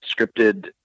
scripted